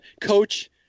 coach